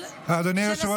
של השר